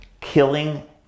killing